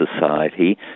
society